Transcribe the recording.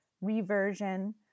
reversion